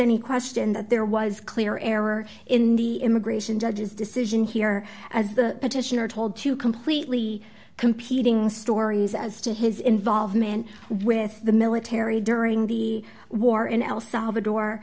any question that there was clear error in the immigration judge's decision here as the petitioner told two completely competing stories as to his involvement with the military during the war in el salvador